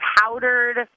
powdered